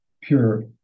pure